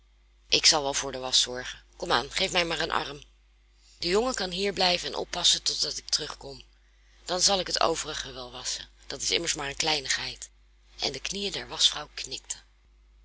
ik zal wel voor de wasch zorgen komaan geef mij maar een arm de jongen kan wel hier blijven en oppassen totdat ik terugkom dan zal ik het overige wel wasschen dat is immers maar een kleinigheid en de knieën der waschvrouw knikten